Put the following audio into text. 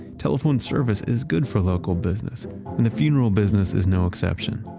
telephone service is good for local business and the funeral business is no exception.